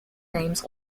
names